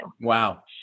Wow